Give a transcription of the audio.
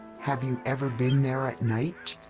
have you ever been there at night?